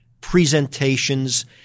presentations